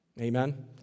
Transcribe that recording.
Amen